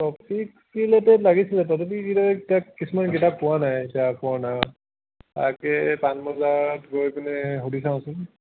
topic related লাগিছিলে topic related তাত কিছুমান কিতাপ পোৱা নাই যাক পোৱা নাই তাকে পানবজাৰত গৈ পিনে সুধি চাওঁচোন